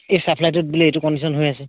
এই চাপ্লাইটোত বোলে এইটো কণ্ডিচন হৈ আছে